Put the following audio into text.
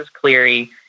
Cleary